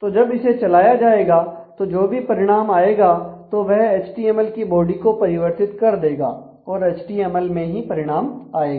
तो जब इसे चलाया जाएगा तो जो भी परिणाम आएगा तो वह एचटीएमएल की बॉडी को परिवर्तित कर देगा और एचटीएमएल में ही परिणाम आएगा